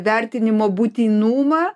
vertinimo būtinumą